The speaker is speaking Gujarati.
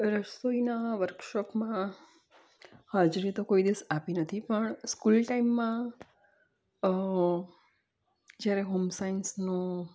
રસોઈના વર્કશોપમાં હાજરી તો કોઈ દિવસ આપી નથી પણ સ્કૂલ ટાઈમમાં જ્યારે હોમ સાયન્સનો